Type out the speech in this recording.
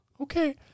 Okay